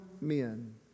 men